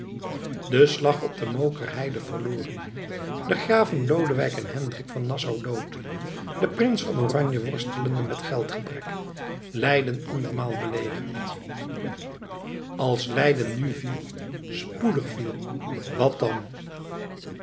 de slag op de mookerheide verloren de graven lodewijk en hendrik van nassau dood de prins van oranje worstelende met geldgebrek leiden andermaal belegerd als leiden nu viel spoedig viel wat dan